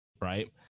right